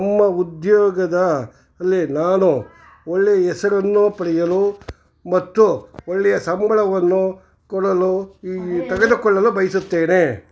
ನಮ್ಮ ಉದ್ಯೋಗದ ಅಲ್ಲಿ ನಾನು ಒಳ್ಳೆ ಹೆಸರನ್ನು ಪಡೆಯಲು ಮತ್ತು ಒಳ್ಳೆಯ ಸಂಬಳವನ್ನು ಕೊಳ್ಳಲು ಈ ತೆಗೆದುಕೊಳ್ಳಲು ಬಯಸುತ್ತೇನೆ